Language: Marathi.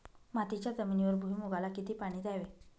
मातीच्या जमिनीवर भुईमूगाला किती पाणी द्यावे?